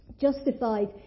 Justified